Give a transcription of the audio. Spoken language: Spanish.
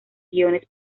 guiones